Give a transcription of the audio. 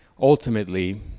ultimately